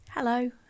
Hello